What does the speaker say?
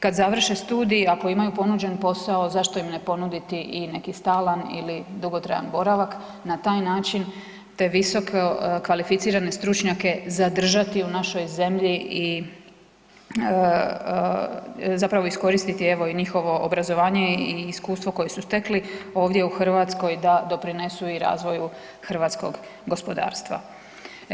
Kad završe studij, ako imaju ponuđen posao, zašto im ne ponuditi i neki stalan ili dugotrajan boravak, na taj način te visokokvalificirane stručnjake zadržati u našoj zemlji i zapravo iskoristiti evo, i njihovo obrazovanje i iskustvo koje su stekli ovdje u Hrvatskoj da doprinesu i razvoju hrvatskog gospodarstva.